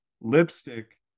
lipstick